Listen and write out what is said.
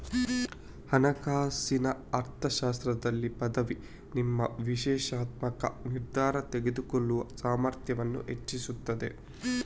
ಹಣಕಾಸಿನ ಅರ್ಥಶಾಸ್ತ್ರದಲ್ಲಿ ಪದವಿ ನಿಮ್ಮ ವಿಶ್ಲೇಷಣಾತ್ಮಕ ನಿರ್ಧಾರ ತೆಗೆದುಕೊಳ್ಳುವ ಸಾಮರ್ಥ್ಯವನ್ನ ಹೆಚ್ಚಿಸ್ತದೆ